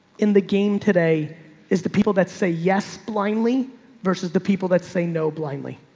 in the game today is the people that say yes blindly versus the people that say no blindly.